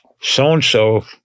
so-and-so